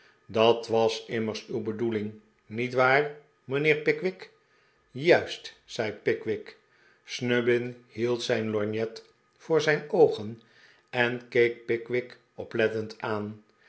dat was immers uw bedoeling niet waar mijnheer pickwick juist zei pickwick snubbin hield zijn lorgnet voor zijn odgen en keek pickwick oplettend aan